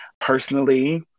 Personally